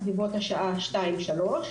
בסביבות השעה שתיים-שלוש,